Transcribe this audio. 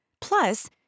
Plus